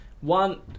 one